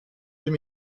deux